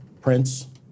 Prince